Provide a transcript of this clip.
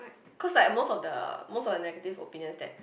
cause like most of the most of the negative opinions that